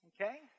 okay